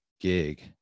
gig